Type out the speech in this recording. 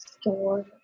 store